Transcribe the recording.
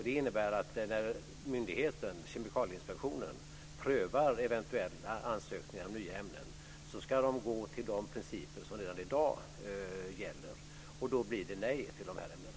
Det innebär att när myndigheten, Kemikalieinspektionen, prövar eventuella ansökningar om nya ämnen ska de gå till de principer som redan i dag gäller. Då blir det nej till de här ämnena.